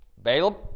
Balaam